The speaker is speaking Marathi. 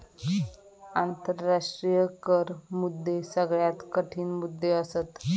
आंतराष्ट्रीय कर मुद्दे सगळ्यात कठीण मुद्दे असत